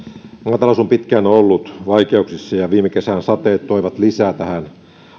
maatalous on pitkään ollut vaikeuksissa ja viime kesän sateet toivat lisää tähän